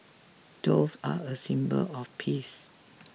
doves are a symbol of peace